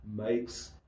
makes